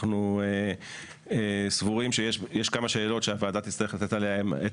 אנחנו סבורים שיש כמה שאלות שהוועדה תצטרך לתת עליהן את